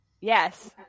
Yes